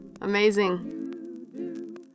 Amazing